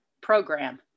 program